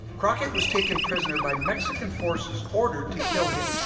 crockett was taken prisoner by mexican forces ordered to kill him